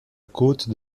côte